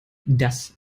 das